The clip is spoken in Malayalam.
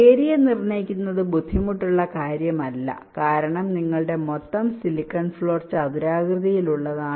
ഏരിയ നിർണ്ണയിക്കുന്നത് ബുദ്ധിമുട്ടുള്ള കാര്യമല്ല കാരണം നിങ്ങളുടെ മൊത്തം സിലിക്കൺ ഫ്ലോർ ചതുരാകൃതിയിലുള്ളതാണ്